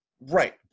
Right